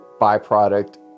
byproduct